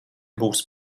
būs